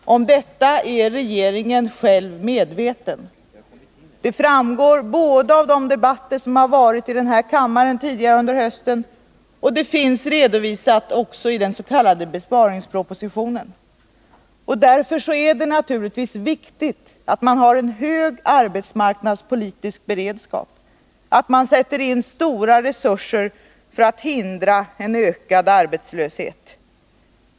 Om detta är regeringen själv medveten. Det framgår av de debatter som har varit i den här kammaren tidigare under hösten, och det finns också redovisat i den s.k. besparingspropositionen. Därför är det naturligtvis viktigt att man har en hög arbetsmarknadspolitisk beredskap, att man sätter in stora resurser för att hindra en ökad arbetslöshet.